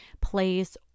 place